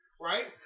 right